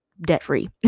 debt-free